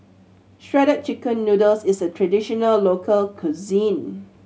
Shredded Chicken Noodles is a traditional local cuisine